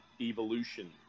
evolution